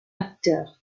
acteurs